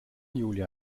julia